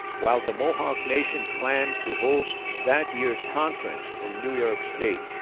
while the mohawk nation planned to host that year's conference in new york state,